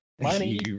Money